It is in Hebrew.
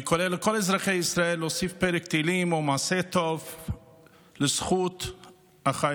אני קורא לכל אזרחי ישראל להוסיף פרק תהילים או מעשה טוב לזכות החיילים.